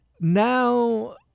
now